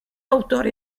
autore